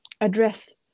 address